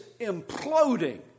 imploding